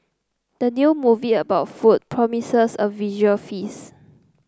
the new movie about food promises a visual feast